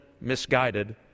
misguided